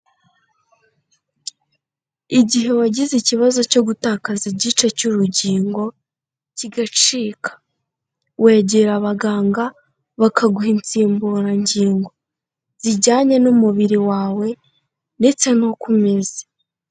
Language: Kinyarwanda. Igihe wagize ikibazo cyo gutakaza igice cy'urugingo kigacika, wegera abaganga bakaguha insimburangingo zijyanye n'umubiri wawe ndetse n'uko umeze.